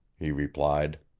he replied.